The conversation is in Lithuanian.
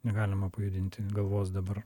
negalima pajudinti galvos dabar